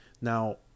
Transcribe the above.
Now